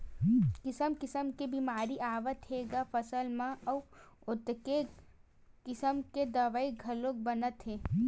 किसम किसम के बेमारी आवत हे ग फसल म अउ ओतके किसम के दवई घलोक बनत हे